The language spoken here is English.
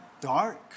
dark